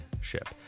ship